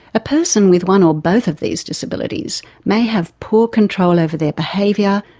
a person with one or both of these disabilities may have poor control over their behavior,